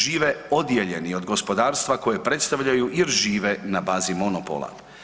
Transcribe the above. Žive odijeljeni od gospodarstva koje predstavljaju jer žive na bazi monopola.